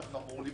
גיל 23,